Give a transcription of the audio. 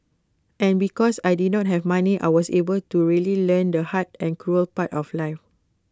and because I did not have money I was able to really learn the hard and cruel part of life